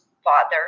father